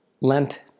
Lent